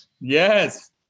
Yes